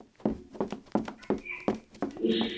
ইস